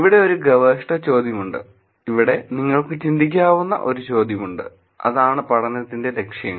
ഇവിടെ ഒരു ഗവേഷണ ചോദ്യം ഉണ്ട് ഇവിടെ നിങ്ങൾക്ക് ചിന്തിക്കാവുന്ന ഒരു ചോദ്യമുണ്ട് അതാണ് പഠനത്തിന്റെ ലക്ഷ്യങ്ങൾ